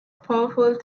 powerful